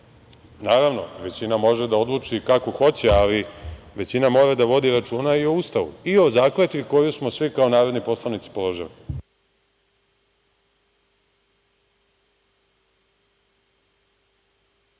Naravno, većina može da odluči kako hoće, ali većina mora da vodi računa i o Ustavu i o zakletvi koju smo svi kao narodni poslanici položili.